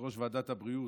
ליושבת-ראש ועדת הבריאות,